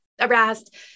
arrest